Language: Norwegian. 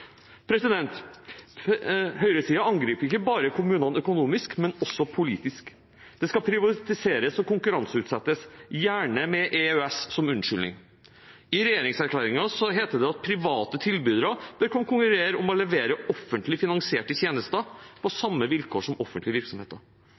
angriper ikke bare kommunene økonomisk, men også politisk. Det skal privatiseres og konkurranseutsettes – gjerne med EØS som unnskyldning. I regjeringserklæringen heter det at «private tilbydere bør kunne konkurrere om å levere offentlig finansierte tjenester på